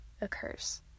occurs